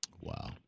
Wow